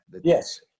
yes